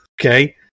Okay